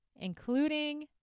including